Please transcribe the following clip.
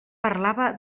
parlava